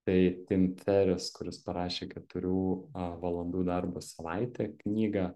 tai tim teris kuris parašė keturių valandų darbo savaitė knygą